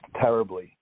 terribly